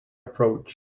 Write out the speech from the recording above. approach